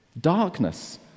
Darkness